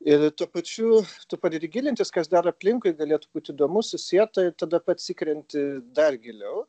ir tuo pačiu tu pradedi gilintis kas dar aplinkui galėtų būti įdomu susieta ir tada pats įkrenti dar giliau